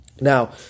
Now